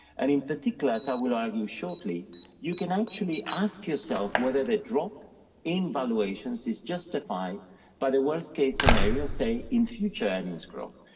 and in particular, as i will argue shortly you can actually ask yourself whether the drop in valuations is justified by the worst case scenario say in future earnings growth,